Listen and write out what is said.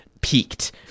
peaked